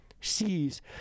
sees